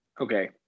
Okay